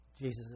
Jesus